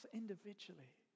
individually